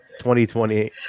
2020